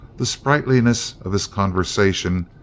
the sprightliness of his conversation,